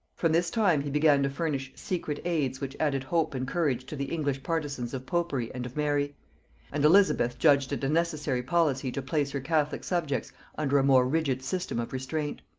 from this time he began to furnish secret aids which added hope and courage to the english partisans of popery and of mary and elizabeth judged it a necessary policy to place her catholic subjects under a more rigid system of restraint.